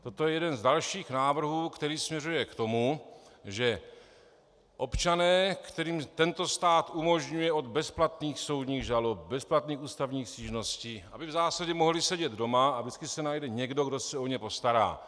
Toto je jeden z dalších návrhů, který směřuje k tomu, že občané, kterým tento stát umožňuje od bezplatných soudních žalob, bezplatných ústavních stížností, aby v zásadě mohli sedět doma, a vždycky se najde někdo, kdo se o ně postará.